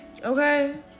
Okay